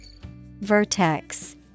Vertex